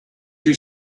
you